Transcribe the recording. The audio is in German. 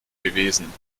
gewesen